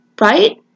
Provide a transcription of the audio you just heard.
right